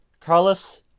Carlos